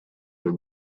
for